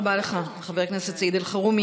תודה רבה לך, חבר הכנסת סעיד אלחרומי.